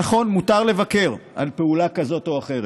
נכון, מותר לבקר פעולה כזאת או אחרת.